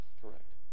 correct